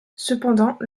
cependant